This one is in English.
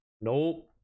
Nope